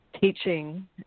teaching